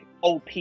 OP